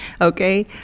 okay